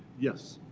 yes.